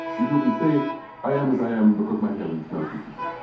if you can say i am as i am because my parents maltreated me,